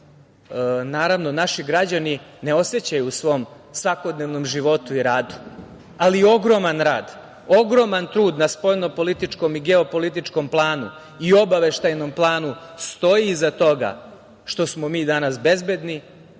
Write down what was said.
naravno naši građani ne osećaju u svom svakodnevnom životu i radu, ali ogroman rad, ogroman trud na spoljnopolitičkom i geopolitičkom planu i obaveštajnom planu stoji iza toga što smo mi danas bezbedni,